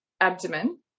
abdomen